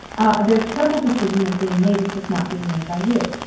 a very careful decision is being made. it's just not being made by you.